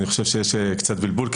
אני חושב שיש קצת בלבול,